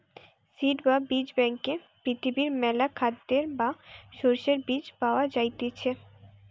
seed বা বীজ ব্যাংকে পৃথিবীর মেলা খাদ্যের বা শস্যের বীজ পায়া যাইতিছে